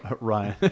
Ryan